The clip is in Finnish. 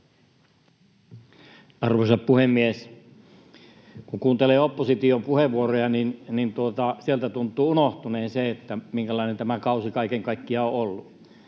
Arvoisa puhemies! Kun kuuntelee opposition puheenvuoroja, niin sieltä tuntuu unohtuneen se, minkälainen tämä kausi kaiken kaikkiaan on ollut.